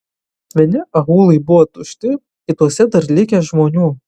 vieni aūlai buvo tušti kituose dar likę žmonių